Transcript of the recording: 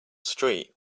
street